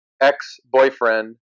ex-boyfriend